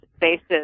basis